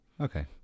Okay